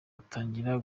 atangira